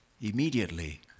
immediately